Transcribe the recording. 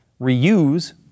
reuse